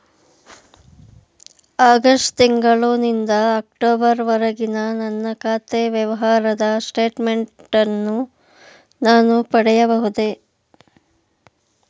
August ತಿಂಗಳು ನಿಂದ October ವರೆಗಿನ ನನ್ನ ಖಾತೆ ವ್ಯವಹಾರದ ಸ್ಟೇಟ್ಮೆಂಟನ್ನು ನಾನು ಪಡೆಯಬಹುದೇ?